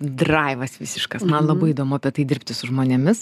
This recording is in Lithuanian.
draivas visiškas man labai įdomu apie tai dirbti su žmonėmis